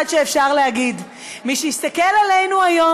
שאפשר להגיד: מי שיסתכל עלינו היום,